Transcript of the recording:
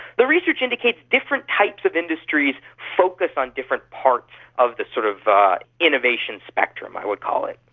the research indicates different types of industries focus on different parts of the sort of the innovation spectrum i would call it.